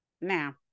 Now